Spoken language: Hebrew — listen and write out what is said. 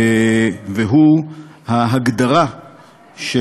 והיא ההגדרה של